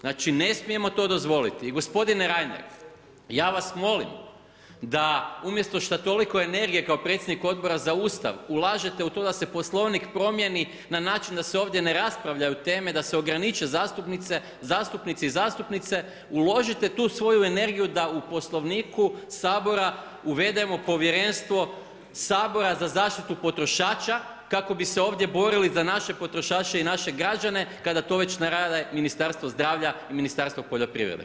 Znači ne smijemo to dozvoliti i gospodine Reiner ja vas molim da umjesto šta toliko energije kao predsjednik Odbora za Ustav ulažete u to da se Poslovnik promijeni na način da se ovdje ne raspravljaju teme, da se ograniče zastupnici i zastupnice, uložite tu svoju energiju da u Poslovniku Sabora uvedemo povjerenstvo Sabora za zaštitu potrošača kako bi se ovdje borili za naše potrošače i naše građane kada to veće ne rade Ministarstvo zdravlja i Ministarstvo poljoprivrede.